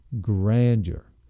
grandeur